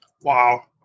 Wow